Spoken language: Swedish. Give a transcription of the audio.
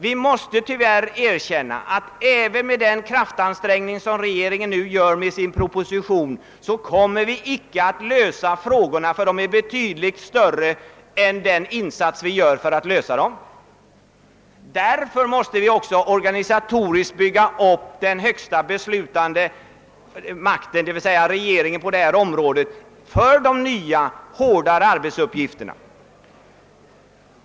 Vi måste tyvärr erkänna ait vi inte ens med den kraftansträngning som regeringen nu gör kommer att lösa problemen, utan de är betydligt större än som motsvarar våra insatser för att lösa dem. Därför måste vi organisatoriskt bygga upp den högsta beslutande makten på detta område, d.v.s. regeringen, med tanke på de nya arbetsuppgifterna.